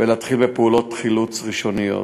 ולהתחיל בפעילות חילוץ ראשוניות.